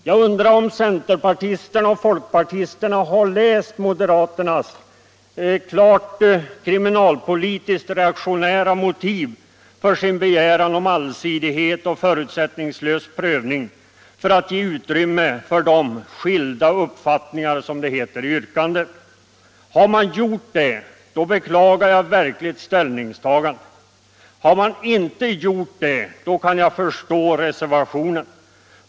Jag undrar om centerpartisterna och folkpartisten har läst moderaternas klart kriminalpolitiskt reaktionära motiv för deras begäran om allsidighet och förutsättningslös prövning för att ge utrymme för skilda uppfattningar, som det heter i yrkandet. Har man gjort det, beklagar jag verkligen ställningstagandet. Har man inte gjort det, kan jag förstå reservationen.